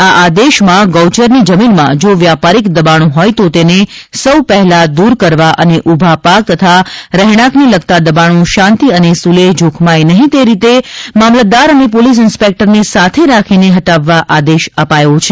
આ આદેશમાં ગૌચરની જમીનમાં જો વ્યાપારિક દબાણો હોય તો તેને સૌ પહેલા દૂર કરવા અને ઉભા પાક તથા રહેણાકને લગતાં દબાણો શાંતિ અને સુલેહ જોખમાય નહી તે રીતે મામલતદાર અને પોલીસ ઇન્સ્પેક્ટરને સાથે રાખીને દબાણ હટાવવા આદેશ અપાયો છે